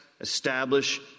establish